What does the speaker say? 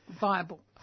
viable